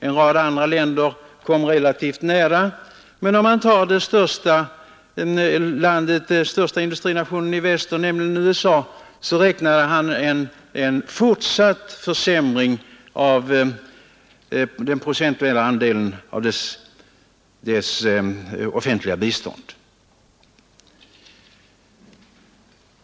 En rad andra länder kommer relativt nära, men i fråga om den största industrinationen i väster, nämligen USA, räknade han med en fortsatt försämring av den procentuella andelen av dess offentliga bistånd.